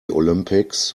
olympics